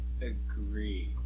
agree